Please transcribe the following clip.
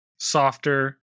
softer